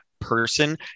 person